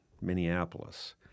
Minneapolis